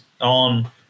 on